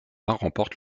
remporte